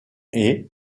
est